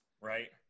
right